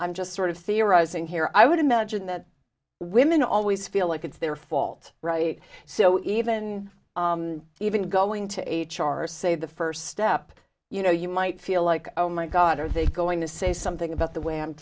i'm just sort of theorizing here i would imagine that women always feel like it's their fault right so even even going to h r say the first step you know you might feel like oh my god are they going to say something about the way i'm